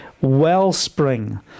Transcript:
wellspring